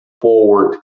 forward